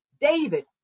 david